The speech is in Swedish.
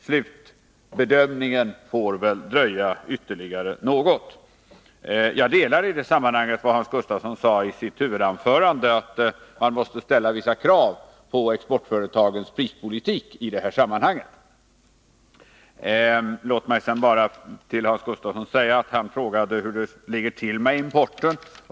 Slutbedömningen får väl dröja ytterligare någon tid. Jag delar i det sammanhanget den mening Hans Gustafsson framförde i sitt huvudanförande, att man måste ställa vissa krav på exportföretagens prispolitik. Hans Gustafsson frågade hur det ligger till med importen.